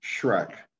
Shrek